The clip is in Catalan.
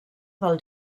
del